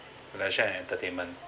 but share entertainment